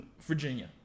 Virginia